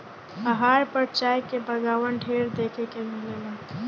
पहाड़ पर चाय के बगावान ढेर देखे के मिलेला